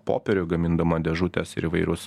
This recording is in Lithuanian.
popierių gamindama dėžutes ir įvairius